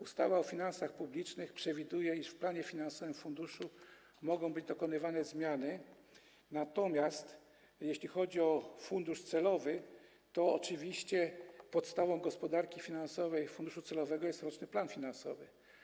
Ustawa o finansach publicznych przewiduje, że w planie finansowym funduszu mogą być dokonywane zmiany, natomiast jeśli chodzi o fundusz celowy, to oczywiście podstawą gospodarki finansowej funduszu celowego jest roczny plan finansowy.